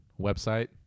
website